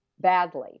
badly